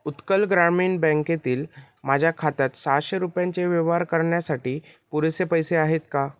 उत्कल ग्रामीण बँकेतील माझ्या खात्यात सहाशे रुपयांचे व्यवहार करण्यासाठी पुरेसे पैसे आहेत का